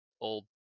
old